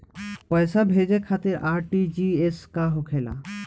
पैसा भेजे खातिर आर.टी.जी.एस का होखेला?